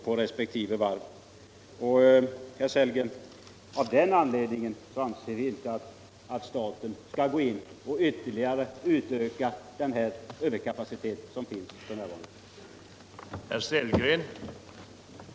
Av den anledningen anser vi, herr Sellgren, inte att staten skall gå in och ytterligare utöka den överkapacitet som finns på detta område f.n.